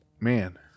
Man